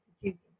confusing